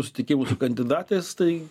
susitikimų su kandidatais tai